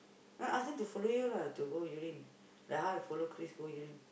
ya ask them to follow you lah to go urine like how I follow Chris go urine